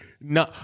No